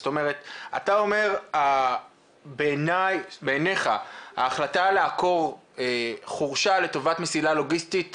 אתה אומר שבעיניך ההחלטה לעקור חורשה לטובת מסילה לוגיסטית